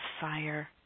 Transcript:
fire